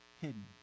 hidden